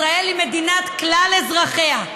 ישראל היא מדינת כלל אזרחיה.